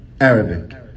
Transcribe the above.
Arabic